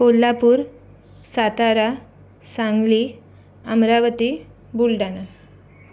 Kolhapur Satara Sangli Amravati Buldhana